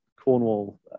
Cornwall